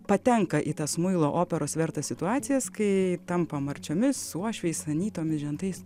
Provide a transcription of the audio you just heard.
patenka į tas muilo operos vertas situacijas kai tampa marčiomis uošviais anytomis žentais